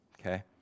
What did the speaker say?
Okay